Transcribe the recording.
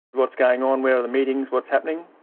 what's going on? where are the meetings? what's happening?